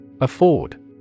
Afford